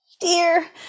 Dear